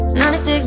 96